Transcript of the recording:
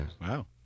Wow